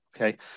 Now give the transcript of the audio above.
okay